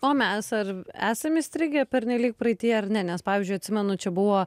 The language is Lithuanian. o mes ar esam įstrigę pernelyg praeityje ar ne nes pavyzdžiui atsimenu čia buvo